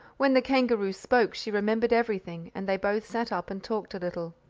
when the kangaroo spoke she remembered everything, and they both sat up and talked a little.